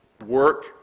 work